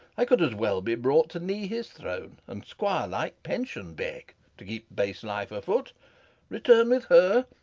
i could as well be brought to knee his throne, and, squire-like, pension beg to keep base life afoot return with her?